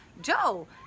Joe